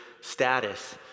status